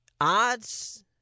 odds